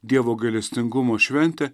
dievo gailestingumo šventę